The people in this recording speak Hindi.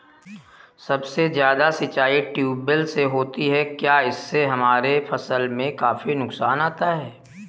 सबसे ज्यादा सिंचाई ट्यूबवेल से होती है क्या इससे हमारे फसल में काफी नुकसान आता है?